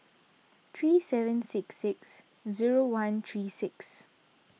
three seven six six zero one three six